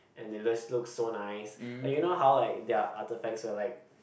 and it just looks so nice and you know how like there are artefacts will like